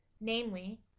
Namely